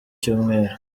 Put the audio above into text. cyumweru